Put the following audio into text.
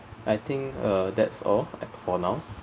I think uh that's all for now